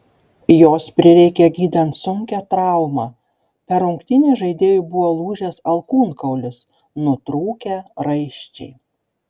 jos prireikė gydant sunkią traumą per rungtynes žaidėjui buvo lūžęs alkūnkaulis nutrūkę raiščiai